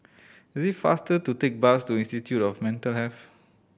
it is faster to take bus to Institute of Mental Health